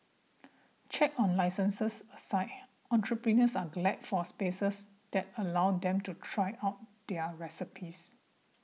checks on licences aside entrepreneurs are glad for spaces that allow them to try out their recipes